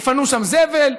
יפנו שם זבל,